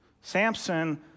Samson